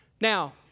Now